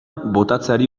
botatzeari